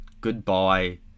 goodbye